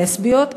לסביות,